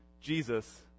Jesus